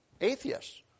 atheists